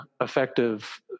effective